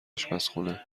اشپزخونه